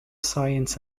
science